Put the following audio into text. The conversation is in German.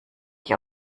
ich